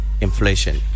inflation